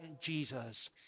Jesus